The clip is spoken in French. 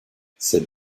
cette